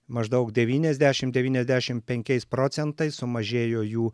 maždaug devyniasdešimt devyniasdešimt penkiais procentais sumažėjo jų